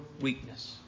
weakness